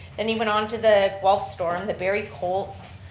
then he went on to the guelph storm, the barrie colts,